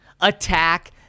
attack